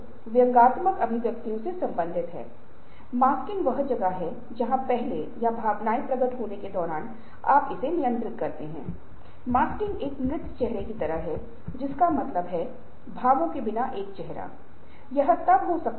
और वर्तमान समय में यदि मैं परिवर्तन को पहचान रहा हूं तो वह वर्तमान स्थिति है और भविष्य की स्थिति यह है कि जब आप नए संगठनात्मक सिस्टम को बदलेंगे और नये संगठनात्मक प्रणाली बनाने और बनाए रखने में शामिल होंगे जो कि नया स्थिति है